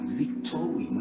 victory